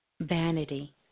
Vanity